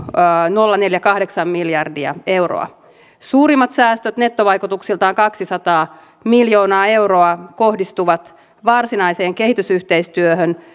nolla neljä kahdeksan miljardia euroa suurimmat säästöt nettovaikutuksiltaan kaksisataa miljoonaa euroa kohdistuvat varsinaiseen kehitysyhteistyöhön